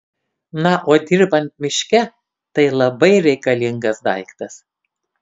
na o dirbant miške tai labai reikalingas daiktas